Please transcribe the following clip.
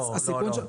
לא, לא.